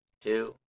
two